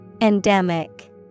Endemic